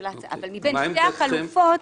ההצעה --- מה עמדתכם --- לגבי החלופות,